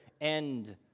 end